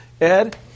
Ed